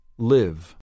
Live